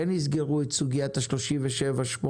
כן יסגרו את סוגיית ה-37, 38,